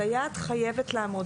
סייעת חייבת לעמוד.